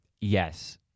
yes